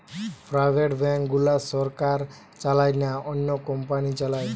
private bank গুলা সরকার চালায় না, অন্য কোম্পানি চালায়